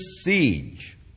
siege